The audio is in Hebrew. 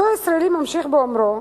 אותו ישראלי ממשיך באומרו: